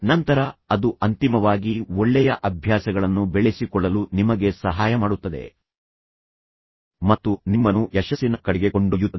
ನಂತರ ಅದು ಅಂತಿಮವಾಗಿ ಒಳ್ಳೆಯ ಅಭ್ಯಾಸಗಳನ್ನು ಬೆಳೆಸಿಕೊಳ್ಳಲು ನಿಮಗೆ ಸಹಾಯ ಮಾಡುತ್ತದೆ ಮತ್ತು ನಿಮ್ಮನ್ನು ಯಶಸ್ಸಿನ ಕಡೆಗೆ ಕೊಂಡೊಯ್ಯುತ್ತದೆ